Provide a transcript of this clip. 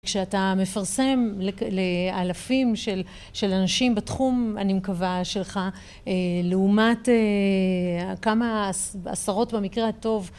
כשאתה מפרסם ל... לאלפים של... של אנשים בתחום, אני מקווה, שלך, לעומת כמה עש... עשרות במקרה הטוב